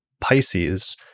Pisces